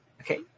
Okay